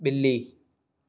ॿिली